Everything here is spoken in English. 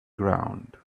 ground